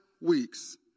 weeks